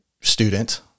student